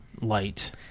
light